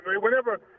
whenever